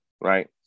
right